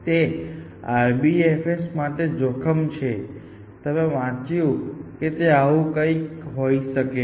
તે RBFS માટે જોખમ છે તમે વાંચ્યું કે તે આવું કંઈક હોઈ શકે છે